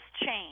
change